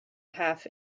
half